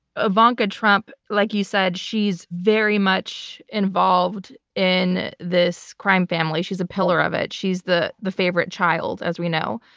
ivanka trump, like you said, she's very much involved in this crime family. she's a pillar of it. she's the the favorite child, as we know.